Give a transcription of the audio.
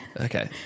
Okay